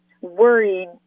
worried